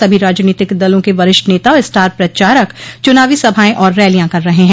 सभी राजनीतिक दलों के वरिष्ठ नेता और स्टार प्रचारक चुनावी सभाएं और रैलियां कर रहे हैं